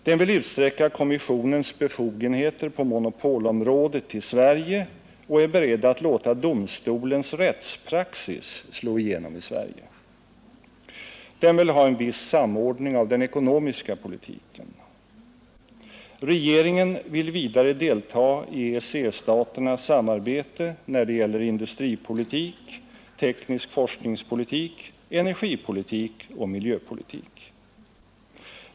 Den vill utsträcka kommissionens befogenheter på monopolområdet till Sverige och är beredd att låta domstolens rättspraxis slå igenom i Sverige. Den vill ha en viss samordning av den ekonomiska politiken. Regeringen vill vidare delta i EEC-staternas samarbete när det gäller industripolitik, teknisk forskningspolitik, energipolitik och miljöpolitik.